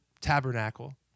tabernacle